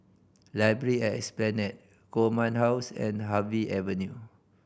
library at Esplanade Command House and Harvey Avenue